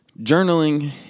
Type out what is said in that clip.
Journaling